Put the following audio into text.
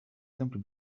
simply